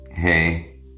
Hey